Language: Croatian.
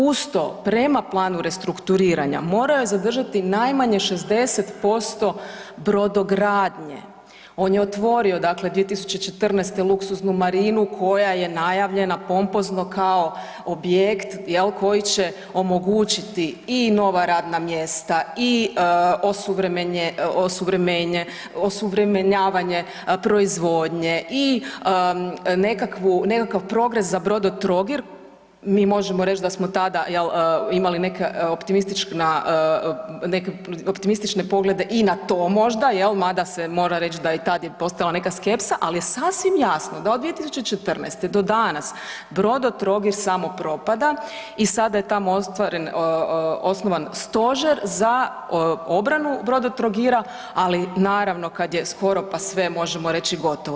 Uz to prema planu restrukturiranja morao je zadržati najmanje 60% brodogradnje, on je otvorio dakle 2014. luksuznu marinu koja je najavljena pompozno kao objekt jel koji će omogućiti i nova radna mjesta i osuvremenjavanje proizvodnje i nekakvu, nekakav progres za Brodotrogir, mi možemo reći da smo tada jel imali neka optimistična, optimistične poglede i na to možda mada se mora reći da i tad je postojala neka skepsa, ali je sasvim jasno da od 2014. do danas Brodotrogir samo propada i sada je tamo ostvaren, osnovan stožer za obranu Brodotrogira ali naravno kad je skoro pa sve možemo reći gotovo.